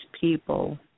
people